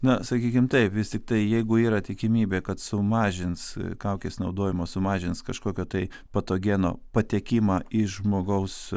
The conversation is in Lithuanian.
na sakykim taip vis tiktai jeigu yra tikimybė kad sumažins kaukės naudojimas sumažins kažkokio tai patogeno patekimą į žmogaus